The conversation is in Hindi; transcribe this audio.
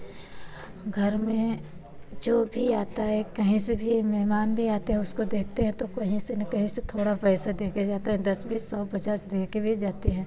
घर में जो भी आता है कहीं से भी मेहमान भी आते हैं उसको देखते हैं तो कहीं से ना कहीं से थोड़ा पैसा दे कर जाते हैं दस बीस सौ पचास दे कर भी जाते हैं